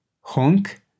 honk